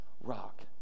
rock